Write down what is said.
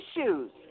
issues